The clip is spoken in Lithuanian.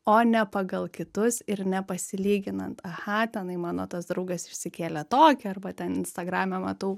o ne pagal kitus ir nepasilyginant aha tenai mano tas draugas išsikėlė tokį arba ten instagrame matau